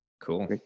Cool